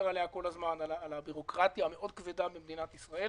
על הבירוקרטיה המאוד כבדה במדינת ישראל,